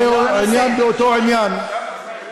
עושה הכול,